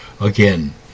Again